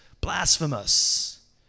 blasphemous